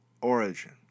origin